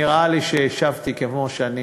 נראה לי שהשבתי כמו שאני